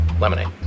Lemonade